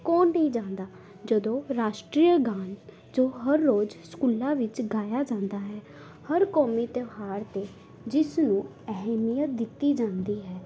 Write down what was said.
ਕੌਣ ਨਹੀਂ ਜਾਣਦਾ ਜਦੋਂ ਰਾਸ਼ਟਰੀ ਗਾਨ ਜੋ ਹਰ ਰੋਜ਼ ਸਕੂਲਾਂ ਵਿੱਚ ਗਾਇਆ ਜਾਂਦਾ ਹੈ ਹਰ ਕੌਮੀ ਤਿਓਹਾਰ 'ਤੇ ਜਿਸ ਨੂੰ ਅਹਿਮੀਅਤ ਦਿੱਤੀ ਜਾਂਦੀ ਹੈ